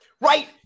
Right